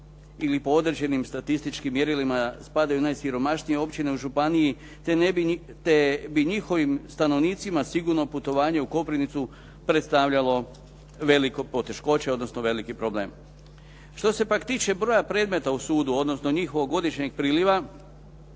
ili po određenim statističkim mjerilima spadaju u najsiromašnije općine u županiji, te bi njihovim stanovnicima sigurno putovanje u Koprivnicu predstavljalo velike poteškoće, odnosno veliki problem. Što se tiče pak broja predmeta u sudu, odnosno njihovog godišnjeg priliva,